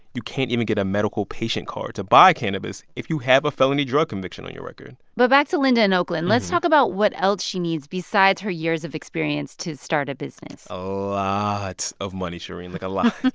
you can't even get a medical patient card to buy cannabis if you have a felony drug conviction on your record but back to linda in oakland let's talk about what else she needs besides her years of experience to start a business lots of money, shereen like, a lot.